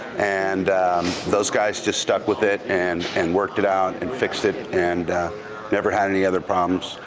and those guys just stuck with it and and worked it out and fixed it and never had any other problems.